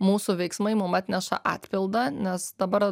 mūsų veiksmai mum atneša atpildą nes dabar